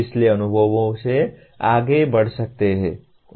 पिछले अनुभवों से आगे बढ़ सकते हैं